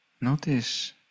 Notice